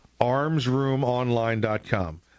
Armsroomonline.com